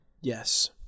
Yes